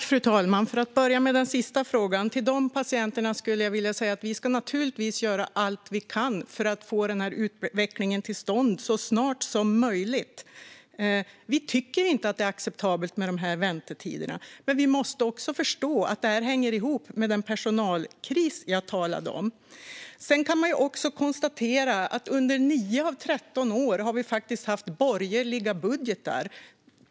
Fru talman! För att börja med den sista frågan: Till de patienterna skulle jag vilja säga att vi naturligtvis ska göra allt vi kan för att få denna utveckling till stånd så snart som möjligt. Vi tycker inte att det är acceptabelt med dessa väntetider, men vi måste också förstå att detta hänger ihop med den personalkris jag talade om. Sedan kan man konstatera att vi under 9 av 13 år har haft borgerliga budgetar.